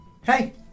Hey